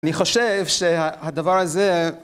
אני חושב שהדבר הזה